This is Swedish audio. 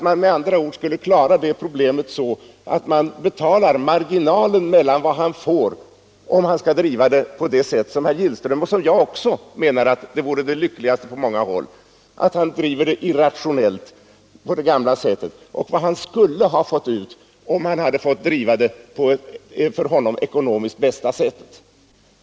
Man skulle kunna klara det problemet så att samhället betalar marginalen mellan vad han får ut om han driver jordbruket på det sätt som herr Gillström och också jag menar vore det lyckligaste — att han driver det irrationellt på det gamla sättet — och vad han skulle ha fått ut om han hade drivit det på det för honom ekonomiskt bästa sättet.